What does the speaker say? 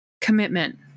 commitment